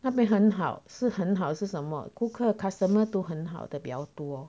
那边很好是很好是什么顾客 customer 都很好的比较多